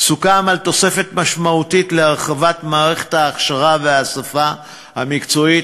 סוכם על תוספת משמעותית להרחבת מערכת ההכשרה וההסבה המקצועית,